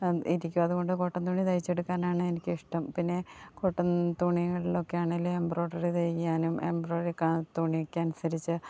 ഇരിക്കും അതു കൊണ്ട് കോട്ടൺ തുണി തയ്ച്ചെടുക്കാനാണ് എനിക്കിഷ്ടം പിന്നെ കോട്ടൺ തുണികളിലൊക്കെയാണെങ്കിലും എംബ്രോയിഡറി തയ്ക്കാനും എംബ്രോയിഡറി ക തുണിക്കനുസരിച്ച്